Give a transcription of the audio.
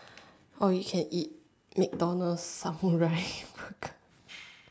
or you can eat McDonald's Samurai burger